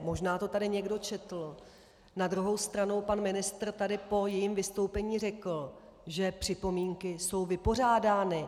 Možná to tady někdo četl, na druhou stranu pan ministr tady po jejím vystoupení řekl, že připomínky jsou vypořádány.